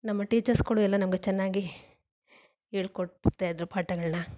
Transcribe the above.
ನಮ್ಮ ಟೀಚರ್ಸ್ಗಳು ಎಲ್ಲ ನಮಗೆ ಚೆನ್ನಾಗಿ ಹೇಳ್ಕೊಡ್ತಾ ಇದ್ದರು ಪಾಠಗಳನ್ನು